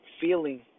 feeling